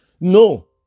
No